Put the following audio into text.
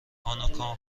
هانوکا